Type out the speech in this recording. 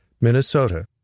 Minnesota